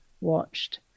watched